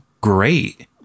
great